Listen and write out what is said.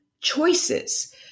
choices